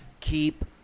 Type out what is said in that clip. keep